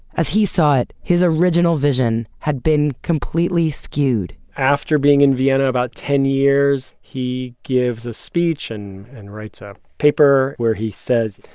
as he saw it, his original vision had been completely skewed after being in vienna about ten years, he gives a speech and and writes a paper where he says,